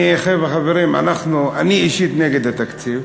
חברים, אני אישית נגד התקציב.